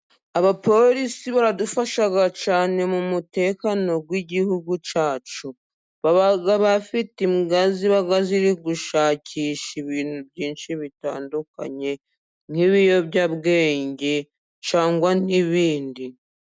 Abapolisi baradufasha cyane mu mutekano w'igihugu cyacu baba bafite imbwa ziba ziri gushakisha ibintu byinshi bitandukanye nk'ibiyobyabwenge n'ibindi.